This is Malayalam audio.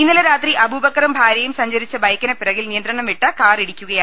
ഇന്നലെ രാത്രി അബൂബക്കറും ഭാര്യയും സഞ്ചരിച്ച ബൈക്കിന് പിറകിൽ നിയന്ത്രണം വിട്ട കാറിടിക്കു കയായിരുന്നു